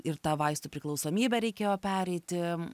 ir tą vaistų priklausomybę reikėjo pereiti